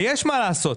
ויש מה לעשות.